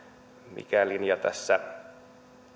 mikä linja tässä